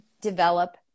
develop